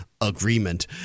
agreement